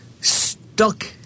stuck